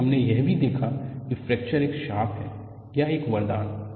फिर हमने यह भी देखा कि फ्रैक्चर एक श्राप है या एक वरदान